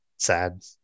Sad